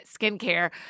skincare